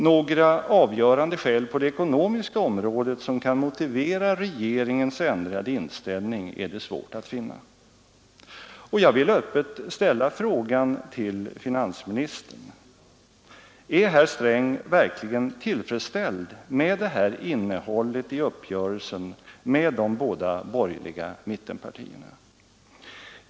Några avgörande skäl på det ekonomiska området som kan motivera regeringens ändrade inställning är det svårt att finna. Jag vill öppet ställa frågan till finansministern: Är herr Sträng verkligen tillfredsställd med det här innehållet i uppgörelsen med de båda borgerliga mittenpartierna?